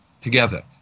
together